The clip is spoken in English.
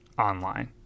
online